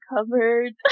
covered